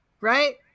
Right